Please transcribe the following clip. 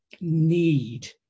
need